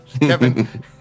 Kevin